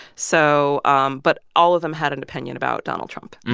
so um but all of them had an opinion about donald trump